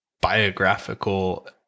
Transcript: biographical